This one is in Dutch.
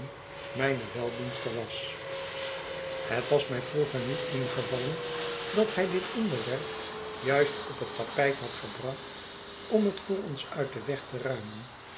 mijne weldoenster was het was mij vroeger niet ingevallen dat hij dit onderwerp juist op het tapijt had gebracht om het voor ons uit den weg te ruimen